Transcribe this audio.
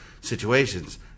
situations